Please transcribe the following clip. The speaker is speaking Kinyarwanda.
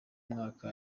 mwaka